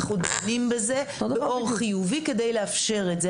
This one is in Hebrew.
אנחנו דנים בזה באור חיובי כדי לאפשר את זה.